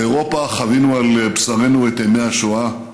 באירופה חווינו על בשרנו את אימי השואה,